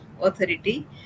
Authority